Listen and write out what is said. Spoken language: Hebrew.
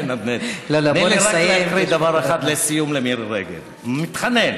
תני לי רק להקריא דבר אחד לסיום למירי רגב, מתחנן.